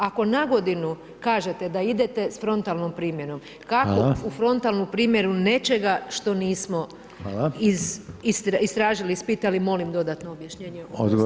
Ako na godinu kažete da idete s frontalnom primjenom, kako u frontalnu primjenu nečega što nismo istražili, ispitali, molim dodatno objašnjenje.